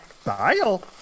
style